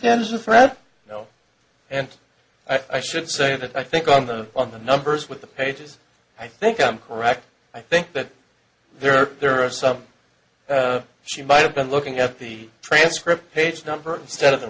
them as a threat you know and i should say that i think on the on the numbers with the pages i think i'm correct i think that there are there are some she might have been looking at the transcript page number s